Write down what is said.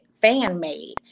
fan-made